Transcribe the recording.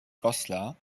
goslar